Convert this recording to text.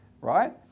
right